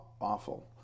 awful